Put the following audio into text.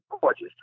gorgeous